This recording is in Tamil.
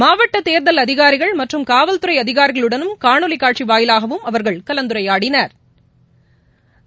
மாவட்ட தேர்தல் அதினரிகள் மற்றும் காவல்துறை அதினரிகளுடனும் காணொலி காட்சி வாயிலாகவும் அவர்கள் கலந்துரையாடனா்